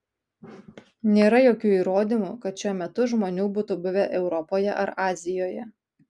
nėra jokių įrodymų kad šiuo metu žmonių būtų buvę europoje ar azijoje